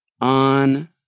on